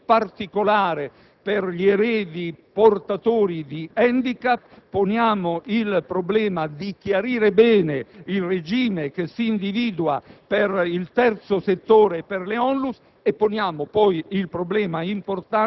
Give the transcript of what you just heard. riservare una considerazione particolare per gli eredi portatori di *handicap*; abbiamo poi posto il problema di chiarire bene il regime che si individua per il terzo settore e per le ONLUS;